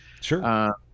Sure